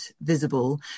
visible